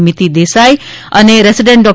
મીતી દેસાઇ અને રેસિડન્ટ ડો